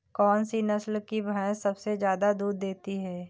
कौन सी नस्ल की भैंस सबसे ज्यादा दूध देती है?